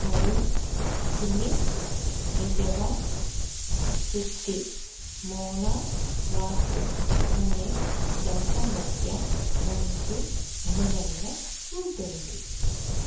తరుణ్ సుమిత్ నిజవాన్ సుష్టి మోనా వాసు అనే జంట మధ్య మంచి అనుబంధం ఉంటుంది